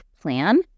plan